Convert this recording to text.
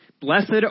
Blessed